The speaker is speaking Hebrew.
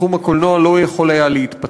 תחום הקולנוע לא היה יכול להתפתח.